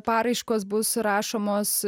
paraiškos bus rašomos